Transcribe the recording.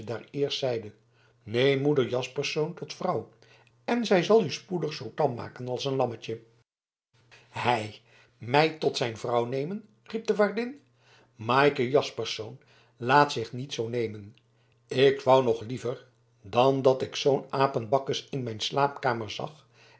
eerst zeidet neem moeder jaspersz tot vrouw en zij zal u spoedig zoo tam maken als een lammetje hij mij tot zijn vrouw nemen riep de waardin maaike jaspersz laat zich niet zoo nemen ik wou nog liever dan dat ik zoo'n apenbakkes in mijn slaapkamer zag